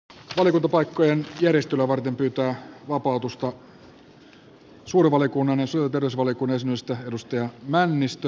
valiokuntapaikkojen järjestelyä varten pyytää lasse männistö vapautusta suuren valiokunnan ja sosiaali ja terveysvaliokunnan jäsenyydestä